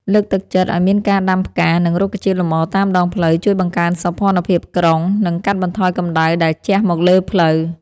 លើកទឹកចិត្តឱ្យមានការដាំផ្កា និង រុក្ខជាតិលម្អតាមដងផ្លូវជួយបង្កើនសោភ័ណភាពក្រុង និង កាត់បន្ថយកម្ដៅដែលជះមកលើផ្លូវ។